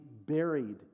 buried